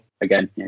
Again